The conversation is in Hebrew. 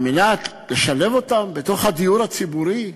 על מנת לשלב אותן בתוך הדיור הציבורי?